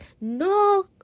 no